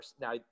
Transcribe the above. now